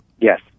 Yes